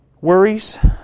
Worries